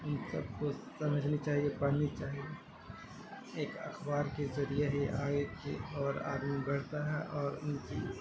ان سب کو سمجھنی چاہیے پڑھنی چاہیے ایک اخبار کے ذریعے ہی آگے کی اور آدمی بڑھتا ہے اور ان کی